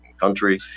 country